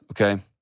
okay